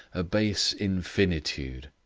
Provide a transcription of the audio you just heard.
a base infinitude,